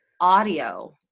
audio